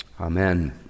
Amen